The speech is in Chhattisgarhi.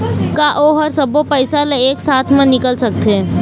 का ओ हर सब्बो पैसा ला एक साथ म निकल सकथे?